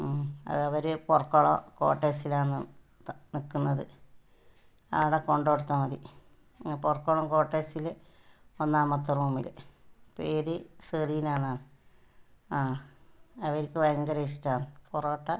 ഉം അതവര് പൊറക്കൊളം കോട്ടേഴ്സിലാണ് ത നിൽക്കുന്നത് അവിടെ കൊണ്ടുകൊടുത്താൽ മതി ഉം പൊറക്കൊളം കോട്ടേഴ്സിൽ ഒന്നാമത്തെ റൂമിൽ പേര് സെറീനാന്നാണ് ആ അവർക്ക് ഭയങ്കര ഇഷ്ടം ആണ് പൊറോട്ട